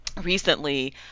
recently